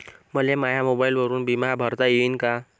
मले माया मोबाईलवरून बिमा भरता येईन का?